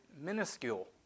minuscule